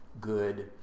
good